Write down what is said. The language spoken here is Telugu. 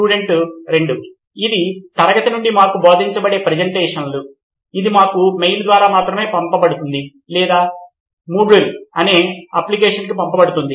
స్టూడెంట్ 2 ఇది తరగతి నుండి మాకు బోధించబడే ప్రెజెంటేషన్లు ఇది మాకు మెయిల్ ద్వారా మాత్రమే పంపబడుతుంది లేదా మూడ్ల్ అనే ఈ అప్లికషన్ కి పంపుతుంది